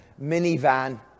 minivan